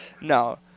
No